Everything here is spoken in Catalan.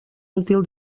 útil